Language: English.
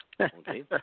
okay